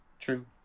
True